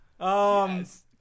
Yes